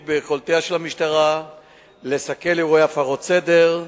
ביכולתה של המשטרה לסכל אירועי הפרות סדר.